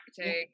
acting